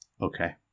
okay